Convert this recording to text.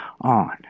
on